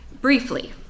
briefly